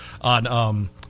on